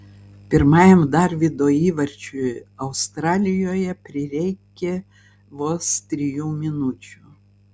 pirmajam darvydo įvarčiui australijoje prireikė vos trijų minučių